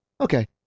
okay